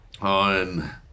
on